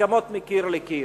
הסכמות מקיר לקיר.